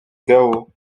gao